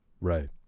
Right